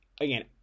again